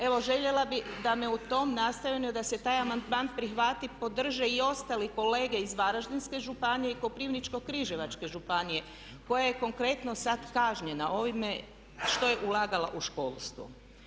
Evo željela bih da me u tom nastojanju da se taj amandman prihvati podrže i ostali kolege iz Varaždinske županije i Koprivničko-križevačke županije koja je konkretno sad kažnjena ovime što je ulagala u školstvo.